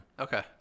Okay